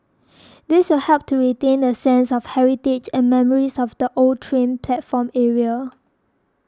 this will help to retain the sense of heritage and memories of the old train platform area